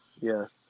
Yes